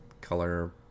color